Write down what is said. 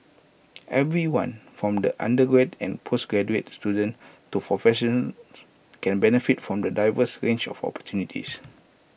everyone from undergraduate and postgraduate students to professionals can benefit from the diverse range of opportunities